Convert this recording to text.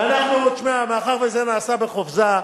תשמע, אנחנו, מאחר שזה נעשה בחופזה,